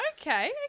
Okay